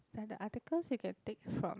then the articles you can take from